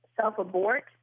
self-abort